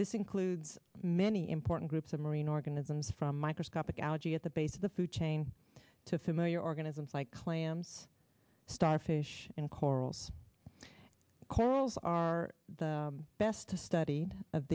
this includes many important groups of marine organisms from microscopic algae at the base of the food chain to familiar organisms like clams starfish and corals corals are the best to study of